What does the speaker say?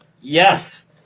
Yes